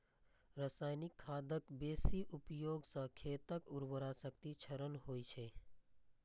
रासायनिक खादक बेसी उपयोग सं खेतक उर्वरा शक्तिक क्षरण होइ छै